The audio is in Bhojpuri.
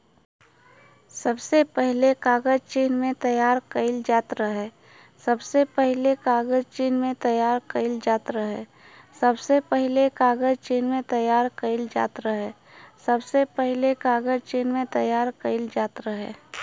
सबसे पहिले कागज चीन में तइयार कइल जात रहे